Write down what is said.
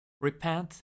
Repent